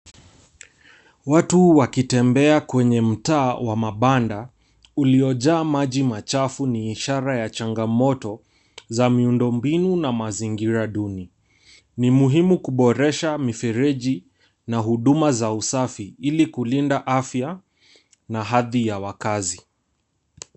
Watu wakitembea kwenye mtaa wa mabanda uliojaa maji machafu ni ishara ya changamoto za miundo mbinu na mazingira duni. Ni muhimu kuboresha mifereji na huduma za usafi ili kulinda afya na hadhi ya wakazi.